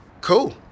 Cool